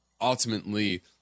ultimately